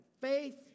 Faith